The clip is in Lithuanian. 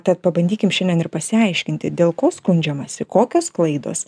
tad pabandykim šiandien ir pasiaiškinti dėl ko skundžiamasi kokios klaidos